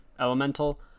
Elemental